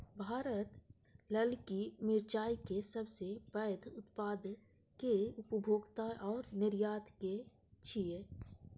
भारत ललकी मिरचाय के सबसं पैघ उत्पादक, उपभोक्ता आ निर्यातक छियै